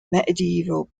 medieval